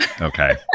Okay